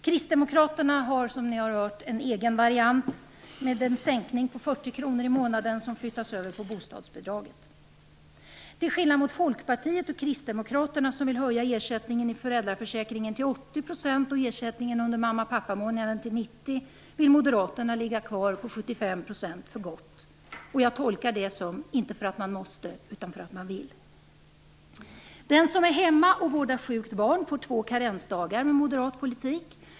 Kristdemokraterna har, som ni har hört, en egen variant med en sänkning på 40 kr i månaden, som flyttas över på bostadsbidraget. Till skillnad från Folkpartiet och Kristdemokraterna, som vill höja ersättningen i föräldraförsäkringen till 80 % och ersättningen under mamma eller pappamånaden till 90, vill Moderaterna ligga kvar på 75 % för gott. Jag tolkar det som att det inte är för att man måste, utan för att man vill. Den som är hemma och vårdar sjukt barn får två karensdagar med moderat politik.